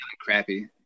crappy